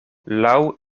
laŭ